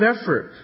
effort